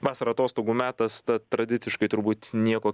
vasara atostogų metas tad tradiciškai turbūt nieko